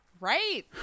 Right